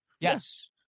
Yes